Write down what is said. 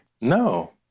No